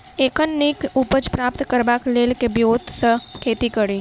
एखन नीक उपज प्राप्त करबाक लेल केँ ब्योंत सऽ खेती कड़ी?